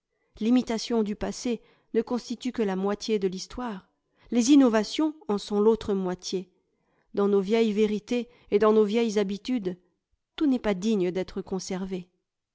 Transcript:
l'imitation du passé ne constitue que la moitié de l'histoire les innovations en sont l'autre moitié dans nos vieilles vérités et dans nos vieilles habitudes tout n'est pas digne d'être conservé